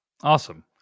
Awesome